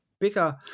bigger